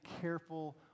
careful